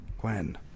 Gwen